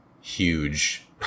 huge